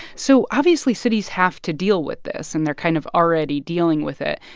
so obviously, cities have to deal with this, and they're kind of already dealing with it.